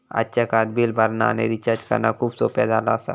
आजच्या काळात बिल भरणा आणि रिचार्ज करणा खूप सोप्प्या झाला आसा